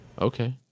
Okay